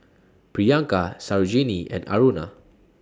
Priyanka Sarojini and Aruna